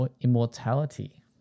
Immortality